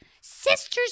Sisters